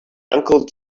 uncle